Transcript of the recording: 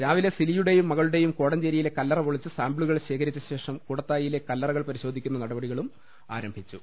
രാവിലെ സിലിയുടേയും മകളുടേയും കോടഞ്ചേരിയിലെ കല്ലറ പൊളിച്ച് സാമ്പിളുകൾ ശേഖരിച്ച ശേഷം കൂടത്തായിലെ കല്ലറകൾ പരിശോധിക്കുന്ന നടപടികളും ആരംഭിച്ചു